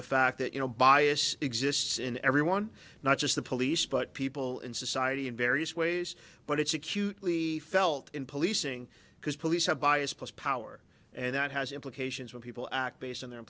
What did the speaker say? the fact that you know bias exists in everyone not just the police but people in society in various ways but it's acutely felt in policing because police have bias power and that has implications when people act based on their